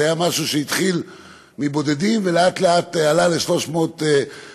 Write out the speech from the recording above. זה היה משהו שהתחיל מבודדים ולאט-לאט עלה ל-300 סייעות,